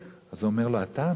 אז הוא אומר לו: אתה,